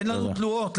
אין לנו תלונות,